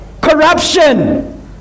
corruption